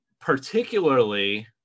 Particularly